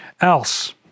else